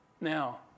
Now